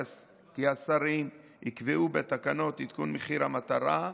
השרים יקבעו בתקנות עדכון מחיר המטרה,